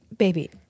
Baby